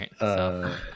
right